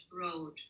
Road